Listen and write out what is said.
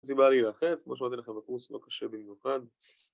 אז היא באה להילחץ, כמו שהראיתי לך בקורס, לא קשה במיוחד.